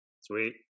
Sweet